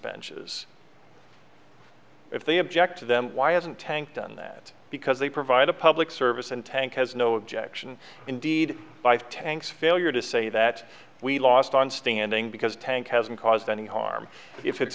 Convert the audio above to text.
benches if they object to them why hasn't tanks done that because they provide a public service and tank has no objection indeed by tanks failure to say that we lost on standing because tank hasn't caused any harm if it's